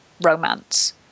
romance